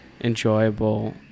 enjoyable